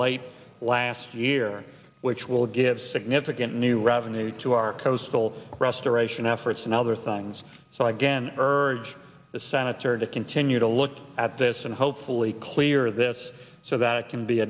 late last year which will give significant new revenue to our coastal restoration efforts and other things so i again urge the senator to continue to look at this and hopefully clear this so that it can be